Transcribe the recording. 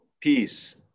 peace